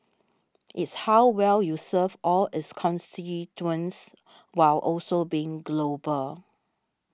it's how well you serve all its constituents while also being global